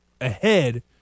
ahead